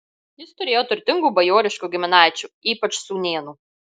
jis turėjo turtingų bajoriškų giminaičių ypač sūnėnų